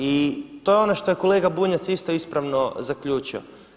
I to je ono što je kolega Bunjac isto ispravno zaključio.